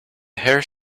hare